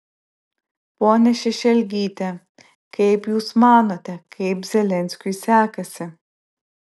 ponia šešelgyte kaip jūs manote kaip zelenskiui sekasi